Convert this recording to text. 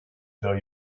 though